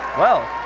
well.